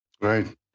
Right